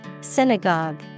Synagogue